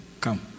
come